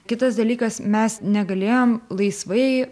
kitas dalykas mes negalėjom laisvai